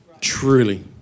truly